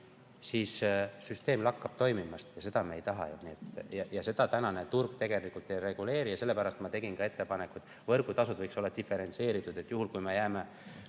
siis süsteem lakkab toimimast. Ja seda me ei taha ju. Seda tänane turg tegelikult ei reguleeri ja sellepärast ma tegin ka ettepaneku, et võrgutasud võiks olla diferentseeritud, juhul kui me jääme